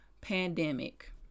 pandemic